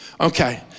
Okay